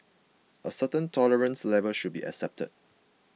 a certain tolerance level should be accepted